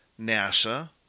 NASA